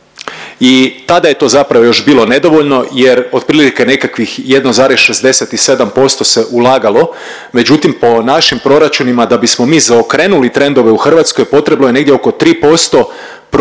I tada je to zapravo još bilo nedovoljno, jer otprilike nekakvih 1,67% se ulagalo, međutim po našim proračunima da bismo mi zaokrenuli trendove u Hrvatskoj potrebno je negdje oko 3% proračuna,